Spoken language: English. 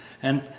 and,